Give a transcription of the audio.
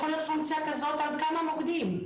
יכולה להיות פונקציה כזאת על כמה מוקדים,